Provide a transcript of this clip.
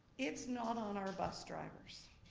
it's not on our bus drivers.